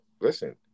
Listen